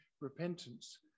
repentance